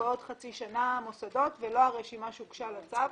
המוסדות בעוד חצי שנה ולא הרשימה שהוגשה לצו.